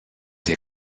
hier